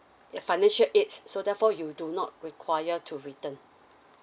ya financial aids so therefore you do not require to return